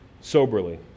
soberly